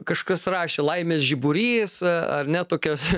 kažkas rašė laimės žiburys ar ne tokias